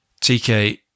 TK